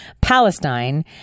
Palestine